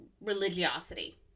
religiosity